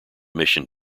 mission